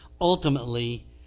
ultimately